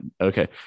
Okay